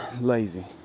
lazy